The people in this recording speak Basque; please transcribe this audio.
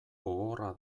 gogorra